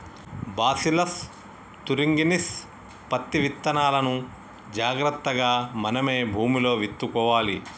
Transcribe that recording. bacillus thuringiensis పత్తి విత్తనాలును జాగ్రత్తగా మనమే భూమిలో విత్తుకోవాలి